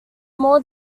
more